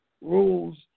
rules